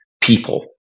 people